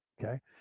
Okay